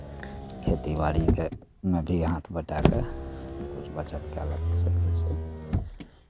खेतीबाड़ीके मे भी हाथ बँटा कऽ किछु बचत कए लऽ सकै छै